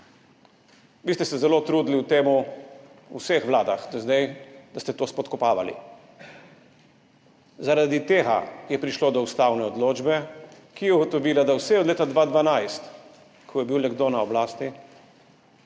Vi ste se zelo trudili v tem, v vseh vladah do zdaj, da ste to spodkopavali. Zaradi tega je prišlo do ustavne odločbe, ki je ugotovila, da so vse od leta 2012 – ko je bil le kdo na oblasti?